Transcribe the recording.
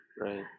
right